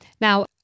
Now